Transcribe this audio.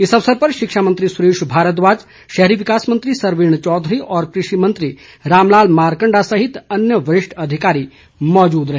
इस अवसर पर शिक्षा मंत्री सुरेश भारद्वाज शहरी विकास मंत्री सरवीण चौधरी और कृषि मंत्री रामलाल मारकंडा सहित अन्य वरिष्ठ अधिकारी मौजूद रहे